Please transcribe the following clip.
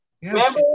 yes